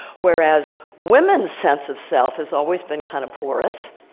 whereas women's sense of self has always been kind of porous.